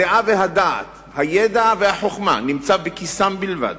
הדעה והדעת, הידע והחוכמה נמצאים בכיסם בלבד.